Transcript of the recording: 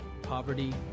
poverty